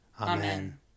Amen